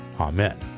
Amen